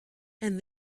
and